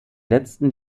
letzten